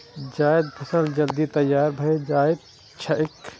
जायद फसल जल्दी तैयार भए जाएत छैक